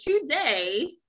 today